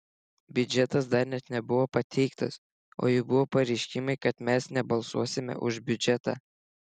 biudžetas dar net nebuvo pateiktas o jau buvo pareiškimai kad mes nebalsuosime už biudžetą